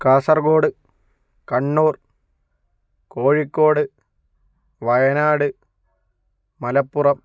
Kasaragod Kannur Kozhikode Wayanad Malappuram